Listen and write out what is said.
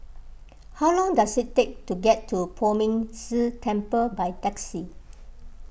how long does it take to get to Poh Ming Tse Temple by taxi